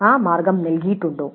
ആ മാർഗ്ഗം നൽകിയിട്ടുണ്ടോ